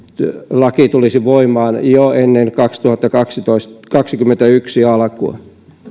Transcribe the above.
laki tulisi voimaan jo ennen vuoden kaksituhattakaksikymmentäyksi alkua